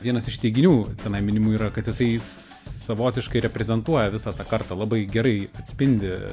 vienas iš teiginių tenai minimų yra kad jisai s savotiškai reprezentuoja visą tą kartą labai gerai atspindi